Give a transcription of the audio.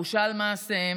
הבושה על מעשיהם,